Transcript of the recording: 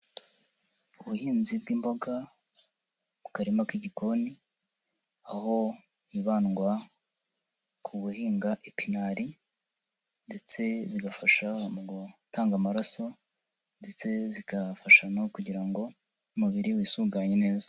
Ubuhinzi bw'imboga mu karima k'igikoni, aho hibandwa ku guhinga ipinari, ndetse bigafasha mu gutanga amaraso, ndetse zikanafa no kugira ngo umubiri wisunganye neza.